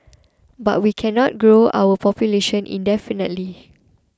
but we cannot grow our population indefinitely